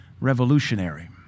revolutionary